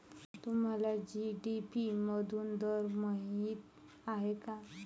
तुम्हाला जी.डी.पी मधून दर माहित आहे का?